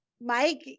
mike